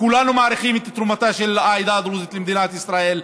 כולנו מעריכים את תרומתה של העדה הדרוזית למדינת ישראל.